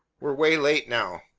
we're way late now!